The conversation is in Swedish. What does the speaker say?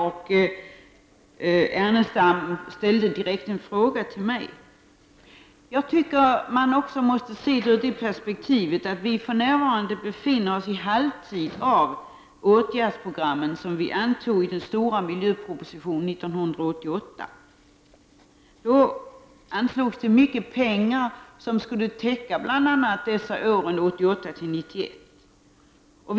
Lars Ernestam ställde en direkt fråga till mig. Jag tycker att man också måste se detta ur det perspektivet att vi för närvarande befinner oss i halvtid av de åtgärdsprogram som vi antog i den stora miljöpropositionen 1988. Då anslogs det mycket pengar, som skulle täcka bl.a. åren 1988 till 1991.